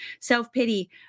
self-pity